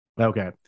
Okay